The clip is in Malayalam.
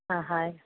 ആ ഹാ